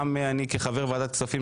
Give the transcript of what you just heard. כחבר ועדת הכספים